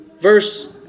verse